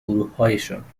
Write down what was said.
گروهایشان